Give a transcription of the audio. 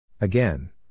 Again